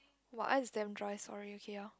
what I is damn dry sorry okay lor